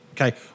Okay